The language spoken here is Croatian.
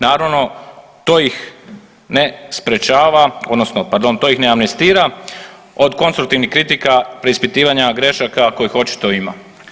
Naravno to ih ne sprečava odnosno pardon to ih ne amnestira od konstruktivnih kritika preispitivanja grešaka kojih očito ima.